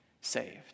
saved